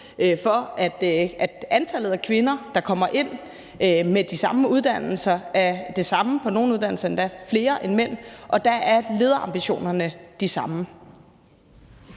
for, at antallet af kvinder, der kommer ind med de samme uddannelser, er det samme, og på nogle uddannelser er det endda flere kvinder end mænd, og der er lederambitionerne de samme.